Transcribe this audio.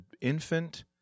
infant